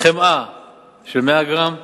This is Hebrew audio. חמאה של 100 גרם,